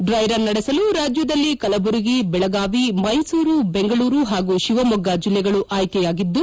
ಡ್ರ್ಟ್ರ run ನಡೆಸಲು ರಾಜ್ಯದಲ್ಲಿ ಕಲಬುರಗಿ ಬೆಳಗಾವಿ ಮೈಸೂರು ಬೆಂಗಳೂರು ಹಾಗೂ ಶಿವಮೊಗ್ಗ ಜಿಲ್ಲೆಗಳು ಆಯ್ಕೆಯಾಗಿದ್ದು